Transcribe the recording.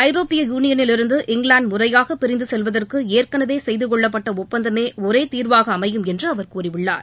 ஐரோப்பிய யூனியனிலிருந்த இங்கிலாந்து முறையாக பிரிந்து செய்துகொள்ளப்பட்ட ஒப்பந்தமே ஒரே தீர்வாக அமையும் என்று அவர் கூறியுள்ளார்